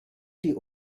die